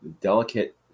delicate